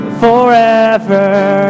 forever